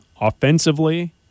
offensively